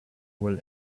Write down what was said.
will